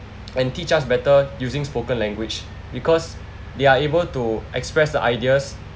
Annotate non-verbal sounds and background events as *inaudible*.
*noise* and teach us better using spoken language because they are able to express the ideas